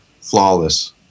flawless